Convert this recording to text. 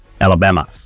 Alabama